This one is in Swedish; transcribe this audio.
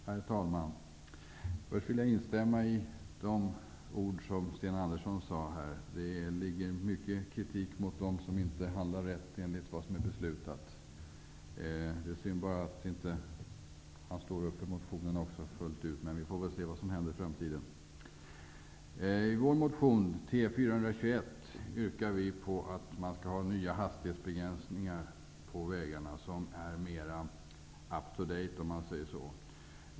Herr talman! Först vill jag instämma i det Sten Andersson i Malmö sade. Det finns anledning att rikta mycket kritik mot dem som inte handlar i enlighet med vad riksdagen har beslutat. Synd bara att Sten Andersson inte står upp för motionen fullt ut. Men vi får väl se vad som händer i framtiden. I motion T421 yrkar Ian Wachtmeister och jag på att det skall införas nya hastighetsgränser som är mera up to date, om man säger så.